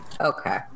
Okay